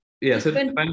Yes